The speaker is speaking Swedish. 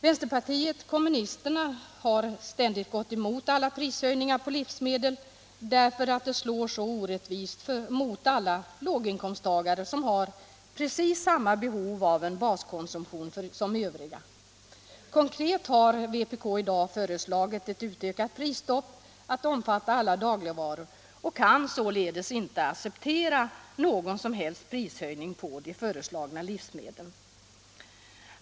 Vänsterpartiet kommunisterna har ständigt gått emot alla prishöjningar på livsmedel därför att de slår så orättvist mot alla låginkomsttagare, som har precis samma behov av en baskonsumtion som övriga. Konkret har vpk i dag föreslagit ett utökat prisstopp omfattande alla dagligvaror och kan således inte acceptera någon som helst prishöjning på de föreslagna livsmedlen.